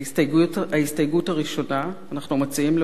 ההסתייגות הראשונה, אנחנו מציעים להוסיף